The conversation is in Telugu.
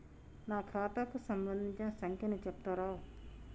నా ఖాతా కు సంబంధించిన సంఖ్య ను చెప్తరా?